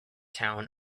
town